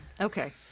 Okay